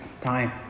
time